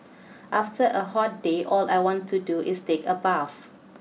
after a hot day all I want to do is take a bath